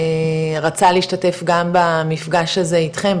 רצה להשתתף גם במפגש הזה אתכם,